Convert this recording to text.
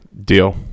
deal